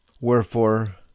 Wherefore